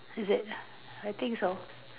is it I think so